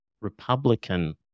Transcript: Republican